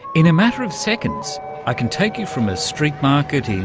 in a matter of seconds i can take you from a street-market in,